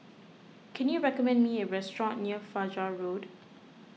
can you recommend me a restaurant near Fajar Road